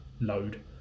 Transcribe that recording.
load